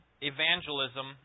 evangelism